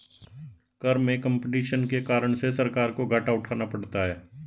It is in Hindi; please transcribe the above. कर में कम्पटीशन के कारण से सरकार को घाटा उठाना पड़ता है